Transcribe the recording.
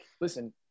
listen